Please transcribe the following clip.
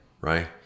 Right